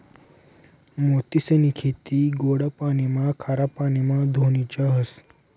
मोतीसनी खेती गोडा पाणीमा, खारा पाणीमा धोनीच्या व्हस